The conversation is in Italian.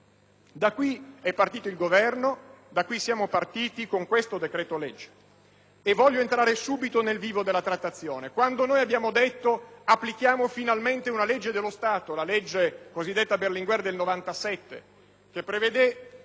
Da qui è partito il Governo, da qui siamo partiti con questo decreto-legge. E voglio entrare subito nel vivo della trattazione. Quando abbiamo detto «applichiamo finalmente una legge dello Stato», la cosiddetta legge Berlinguer del 1997, che prevedeva